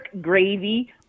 gravy